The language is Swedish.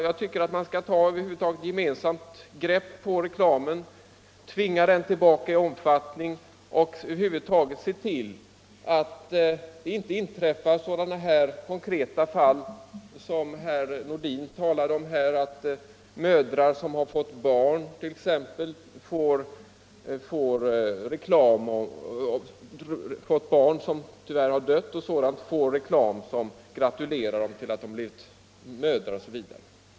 Jag tycker att man skall ta ett gemensamt grepp på reklamen, tvinga den tillbaka i omfattning och över huvud taget se till att sådana fall inte inträffar som herr Nordin talade om, alltså att mödrar vilkas barn har avlidit får reklamförsändelser som gratulerar dem till att ha blivit mödrar osv.